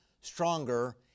stronger